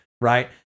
right